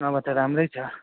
नभए त राम्रै छ